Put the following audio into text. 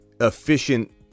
efficient